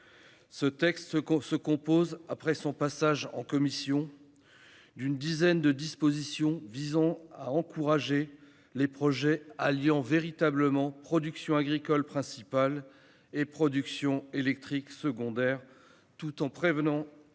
Le texte, après son passage en commission, est composé d'une dizaine de dispositions visant à encourager les projets alliant véritablement production agricole principale et production électrique secondaire, tout en prévenant